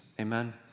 Amen